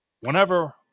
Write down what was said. whenever